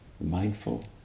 mindful